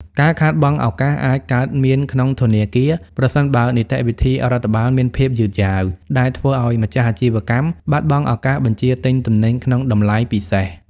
ការខាតបង់ឱកាសអាចកើតមានក្នុងធនាគារ ប្រសិនបើនីតិវិធីរដ្ឋបាលមានភាពយឺតយ៉ាវ ដែលធ្វើឱ្យម្ចាស់អាជីវកម្មបាត់បង់ឱកាសបញ្ជាទិញទំនិញក្នុងតម្លៃពិសេស។